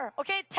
okay